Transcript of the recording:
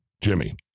Jimmy